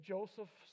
Joseph